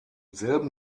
selben